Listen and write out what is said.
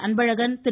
Anbazhagan Thiru